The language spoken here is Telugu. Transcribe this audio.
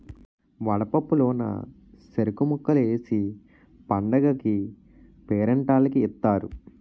వడపప్పు లోన సెరుకు ముక్కలు ఏసి పండగకీ పేరంటాల్లకి ఇత్తారు